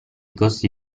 costi